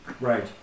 Right